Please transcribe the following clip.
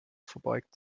verbeugt